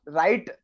right